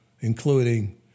including